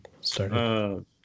started